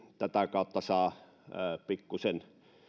kautta saa pikkusen